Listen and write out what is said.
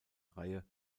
reihe